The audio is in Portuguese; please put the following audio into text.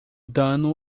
dano